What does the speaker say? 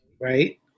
right